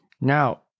Now